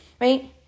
right